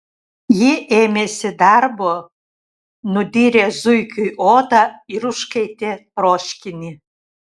ji ėmėsi darbo nudyrė zuikiui odą ir užkaitė troškinį